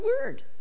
word